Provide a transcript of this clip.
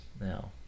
now